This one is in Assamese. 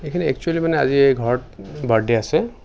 এইখিনি একচুয়েলি আজি মানে ঘৰত বাৰ্থডে আছে